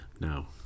Now